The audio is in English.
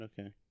okay